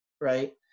right